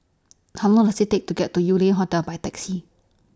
How Long Does IT Take to get to Yew Lian Hotel By Taxi